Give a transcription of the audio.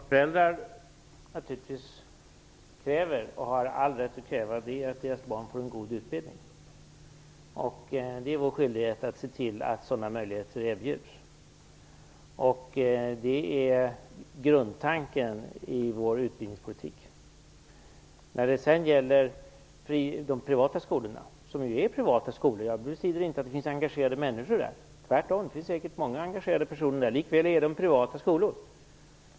Herr talman! Det föräldrar kräver och har all rätt att kräva är att deras barn får en god utbildning. Det är vår skyldighet att se till att sådana möjligheter erbjuds. Det är grundtanken i vår utbildningspolitik. När det sedan gäller de privata skolorna, som är privata skolor, bestrider jag inte att det finns engagerade människor där. Tvärtom, det finns säkert många engagerade personer där. Likväl är de privata skolor.